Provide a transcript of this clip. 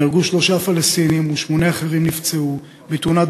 נהרגו שלושה פלסטינים ושמונה אחרים נפצעו בתאונת